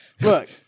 Look